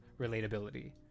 relatability